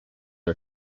are